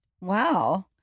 Wow